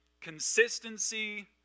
Consistency